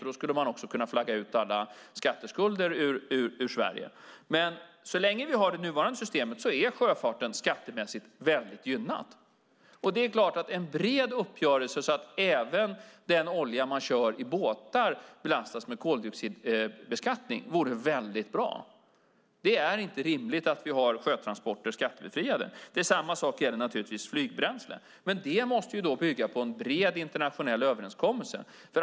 Då skulle man också kunna flagga ut alla skatteskulder ur Sverige. Men så länge vi har det nuvarande systemet är sjöfarten skattemässigt väldigt gynnad. Det är klart att en bred uppgörelse, så att även den olja man kör båtar med belastas med koldioxidbeskattning, vore väldigt bra. Det är inte rimligt att vi har skattebefriade sjötransporter. Samma sak gäller naturligtvis flygbränsle. Men det måste bygga på en bred internationell överenskommelse.